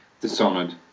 Dishonored